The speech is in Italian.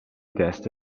test